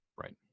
Right